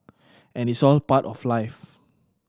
and it's all part of life